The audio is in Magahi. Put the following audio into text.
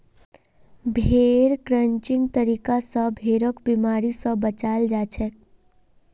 भेड़ क्रचिंग तरीका स भेड़क बिमारी स बचाल जाछेक